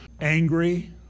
angry